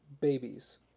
Babies